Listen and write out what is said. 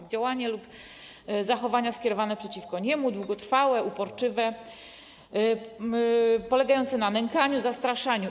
Chodzi o działania lub zachowania skierowane przeciwko niemu, długotrwałe, uporczywe, polegające na nękaniu, zastraszaniu.